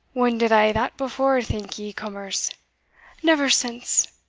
whan did i that before, think ye, cummers never since